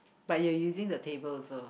but you're using the table also